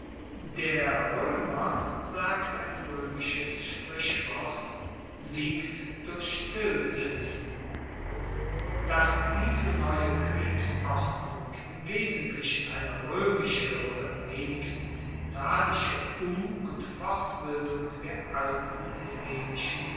der roemer sagt ein roemisches sprichwort siegt durch stillsitzen dass diese neue kriegsordnung im wesentlichen eine roemische oder wenigstens italische um und fortbildung der alten hellenischen